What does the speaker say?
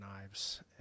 knives